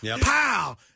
Pow